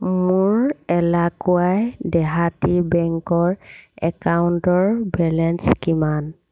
মোৰ এলাকুৱাই দেহাতী বেংকৰ একাউণ্টৰ বেলেঞ্চ কিমান